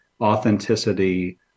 authenticity